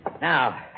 Now